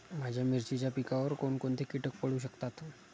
माझ्या मिरचीच्या पिकावर कोण कोणते कीटक पडू शकतात?